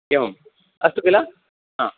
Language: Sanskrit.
एवम् अस्तु किल हा